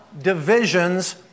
divisions